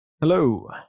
Hello